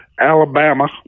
Alabama